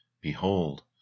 behold